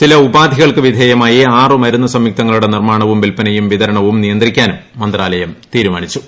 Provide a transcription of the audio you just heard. ചില ഉപാധികൾക്ക് വിധേയമായി ആറ് മരുന്നു സംയുക്തങ്ങളുടെ നിർമ്മാണവും വിൽപനയും വിതരണവും നിയന്ത്രിക്കാനും മന്ത്രാലയം തീരുമാനിച്ചു